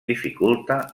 dificulta